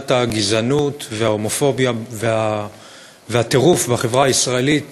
מידת הגזענות וההומופוביה והטירוף בחברה הישראלית,